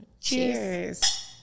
Cheers